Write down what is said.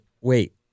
wait